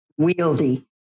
wieldy